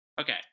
Okay